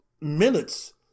minutes